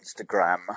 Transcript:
Instagram